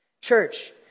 Church